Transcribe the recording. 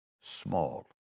small